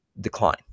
decline